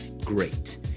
great